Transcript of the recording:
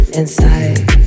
inside